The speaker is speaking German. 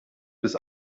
bis